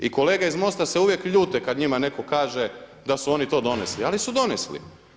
I kolege iz MOST-a se uvijek ljute kada njima neko kaže da su oni to donesli, ali su donesli.